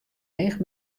each